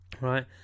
Right